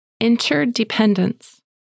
interdependence